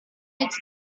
its